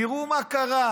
תראו מה קרה.